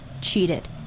cheated